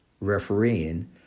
refereeing